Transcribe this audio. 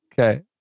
Okay